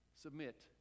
submit